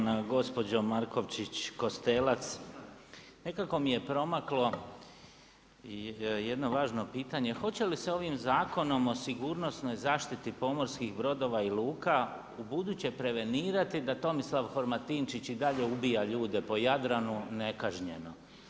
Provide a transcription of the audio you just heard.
Poštovana gospođo Markovčić Kostelac, nekako mi je promaklo jedno važno pitanje, hoće li se ovim Zakonom o sigurnosnoj zaštiti pomorskih brodova i luka ubuduće prevenirati da Tomislav Horvatinčić i dalje ubija ljude po Jadranu nekažnjeno?